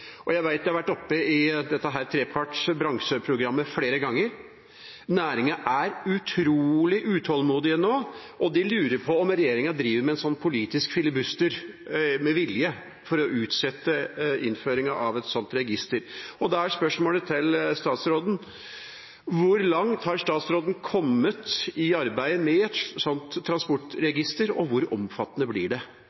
og jeg vet at det har vært oppe i dette treparts bransjeprogrammet flere ganger. Næringen er utrolig utålmodig nå, og de lurer på om regjeringa driver med en slags politisk filibuster med vilje for å utsette innføringen av et sånt register. Da er spørsmålet til statsråden: Hvor langt har statsråden kommet i arbeidet med et sånt